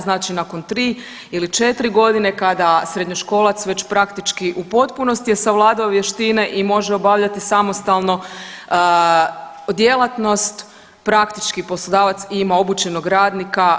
Znači nakon tri ili četiri godine kada srednjoškolac već praktički u potpunosti je savladao vještine i može obavljati samostalno djelatnost, praktički poslodavac ima obučenog radnika.